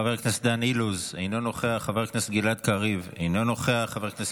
חבר הכנסת דן אילוז, אינו נוכח, חבר הכנסת